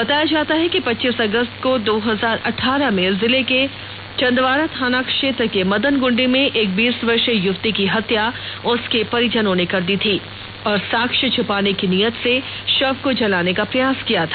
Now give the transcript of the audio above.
बताया जाता है कि पच्चीस अगस्त दो हजार अठारह में जिले के चंदवारा थानाक्षेत्र के मदनगंडी में एक बीस वर्षीय युवती की हत्या उसके परिजनों ने कर दी थी और साक्ष्य छपाने की नीयत से शव को जलाने का प्रयास किया था